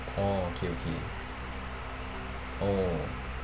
orh okay okay oh